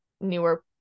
newer